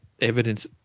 evidence